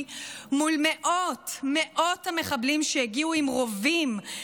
מול מאות מאות המחבלים שהגיעו עם רובים,